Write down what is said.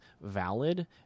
valid